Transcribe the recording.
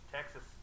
Texas